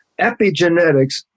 epigenetics